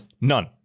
None